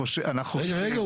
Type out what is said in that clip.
אנחנו חושבים --- רגע, רגע.